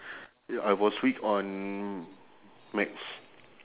ya I was weak on maths